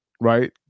right